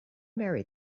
marry